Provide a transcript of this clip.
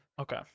Okay